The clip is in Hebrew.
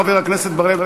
חבר הכנסת בר-לב,